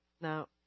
Now